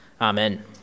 Amen